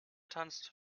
tanzt